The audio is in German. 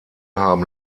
haben